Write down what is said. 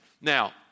Now